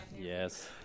Yes